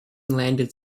landed